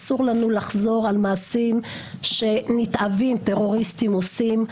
אסור לנו לחזור על מעשים שנתעבים טרוריסטים עושים.